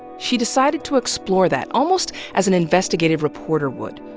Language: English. she decided to explore that, almost as an investigative reporter would.